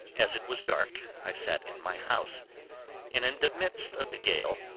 as it was dark, i sat in my house and in the midst of the gale,